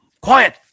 Quiet